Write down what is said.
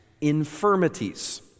infirmities